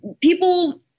people